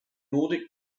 nordic